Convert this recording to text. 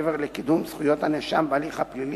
מעבר לקידום זכויות הנאשם בהליך הפלילי,